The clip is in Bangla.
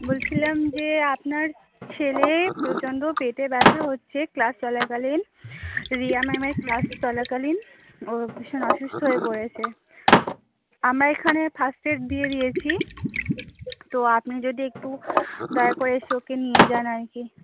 বলছিলাম যে আপনার ছেলে প্রচণ্ড পেটে ব্যথা হচ্ছে ক্লাস চলাকালীন রিয়া ম্যামের ক্লাস চলাকালীন ও ভীষণ অসুস্থ হয়ে পড়েছে আমরা এখানে ফার্স্ট এড দিয়ে দিয়েছি তো আপনি যদি একটু দয়া করে এসে ওকে নিয়ে যান আর কি